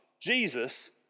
Jesus